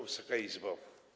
Wysoka Izbo!